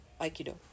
Aikido